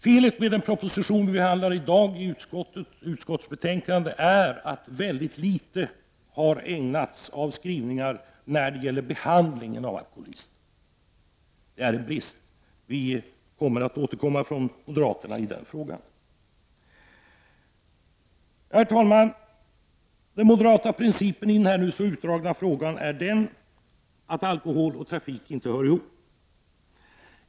Felet med den proposition som vi behandlar i detta utskottsbetänkande är att den innehåller för litet skrivningar om behandling av alkoholister. Det är en brist. Vi återkommer från moderaterna i den frågan. Herr talman! Den moderata principen i denna nu så utdragna fråga är att alkohol och trafik inte hör ihop.